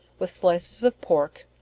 with slices of pork,